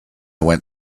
went